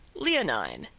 leonine,